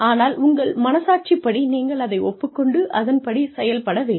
ஆனால் உங்கள் மனசாட்சி படி நீங்கள் அதை ஒப்புக் கொண்டு அதன் படி செயல்பட வேண்டும்